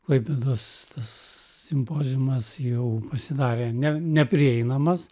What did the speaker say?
klaipėdos tas simpoziumas jau pasidarė ne neprieinamas